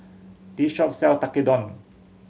this shop sell Tekkadon